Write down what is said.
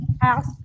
House